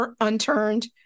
unturned